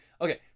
Okay